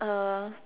uh